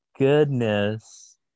goodness